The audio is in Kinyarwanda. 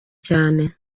cyane